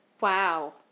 Wow